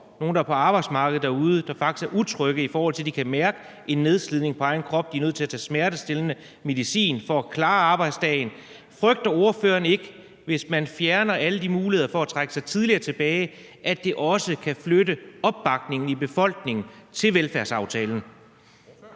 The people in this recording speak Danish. nogle, der er på arbejdsmarkedet derude, der faktisk er utrygge. De kan mærke en nedslidning på egen krop. De er nødt til at tage smertestillende medicin for at klare arbejdsdagen. Frygter ordføreren ikke, at det, hvis man fjerner alle de muligheder for at trække sig tidligere tilbage, også kan flytte opbakningen i befolkningen til velfærdsaftalen?